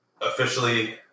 officially